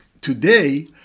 today